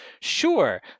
sure